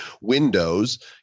Windows